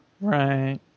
Right